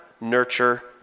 nurture